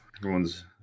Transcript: everyone's